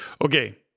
Okay